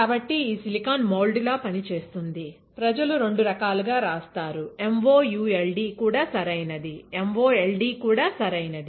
కాబట్టి ఈ silicone mould లా పనిచేస్తుంది ప్రజలు రెండు రకాలుగా రాస్తారు MOULD కూడా సరైనది MOLD కూడా సరైనది